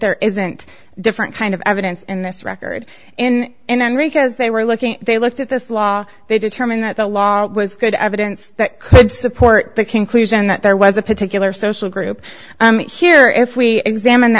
there isn't a different kind of evidence in this record and in enrquez they were looking they looked at this law they determined that the law was good evidence that could support the conclusion that there was a particular social group here if we examine the